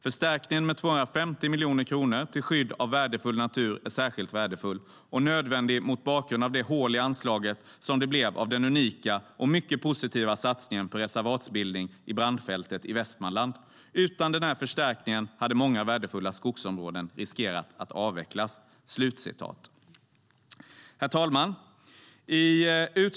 Förstärkningen med 250 milj kr till skydd av värdefull natur är särskilt värdefull, och nödvändig mot bakgrund av det hål i anslaget som det blev av den unika och mycket positiva satsningen på reservatsbildning i brandfältet i Västmanland. Utan den här förstärkningen hade många värdefulla skogsområden riskerat att avverkas. "Herr talman!